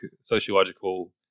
sociological